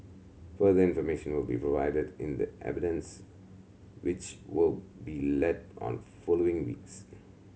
further information will be provided in the evidence which will be led on following weeks